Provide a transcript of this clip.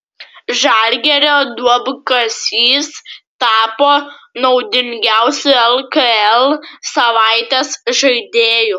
žalgirio duobkasys tapo naudingiausiu lkl savaitės žaidėju